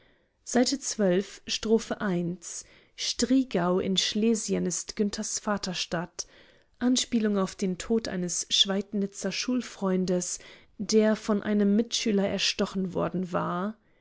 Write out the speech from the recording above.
s str striegau in schlesien ist günthers vaterstadt anspielung auf den tod eines schweidnitzer schulfreundes der von einem mitschüler erstochen worden war